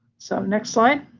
so, next slide.